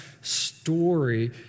story